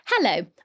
Hello